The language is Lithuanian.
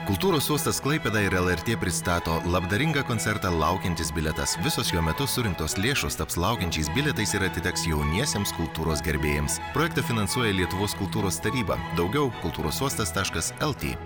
kultūros uostas klaipėda ir lrt pristato labdaringą koncertą laukiantis bilietas visos jo metu surinktos lėšos taps laukiančiais bilietais ir atiteks jauniesiems kultūros gerbėjams projektą finansuoja lietuvos kultūros taryba daugiau kultūros uostas taškas el tė